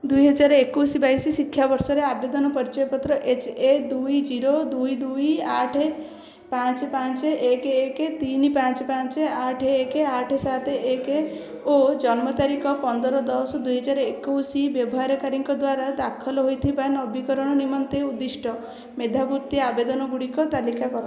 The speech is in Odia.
ଦୁଇହଜାର ଏକୋଉଶି ବାଇଶି ଶିକ୍ଷାବର୍ଷରେ ଆବେଦନ ପରିଚୟ ଏଚ୍ ଏ ଦୁଇ ଜିରୋ ଦୁଇ ଦୁଇ ଆଠ ପାଞ୍ଚ ପାଞ୍ଚ ଏକ ଏକ ତିନି ପାଞ୍ଚ ପାଞ୍ଚ ଆଠ ଏକ ଆଠ ସାତ ଏକ ଓ ଜନ୍ମ ତାରିଖ ପନ୍ଦର ଦଶ ଦୁଇହଜାର ଏକୋଉଶି ବ୍ୟବହାରକାରୀଙ୍କ ଦ୍ଵାରା ଦାଖଲ ହୋଇଥିବା ନବୀକରଣ ନିମନ୍ତେ ଉଦ୍ଦିଷ୍ଟ ମେଧାବୃତ୍ତି ଆବେଦନଗୁଡ଼ିକ ତାଲିକା କର